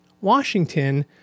Washington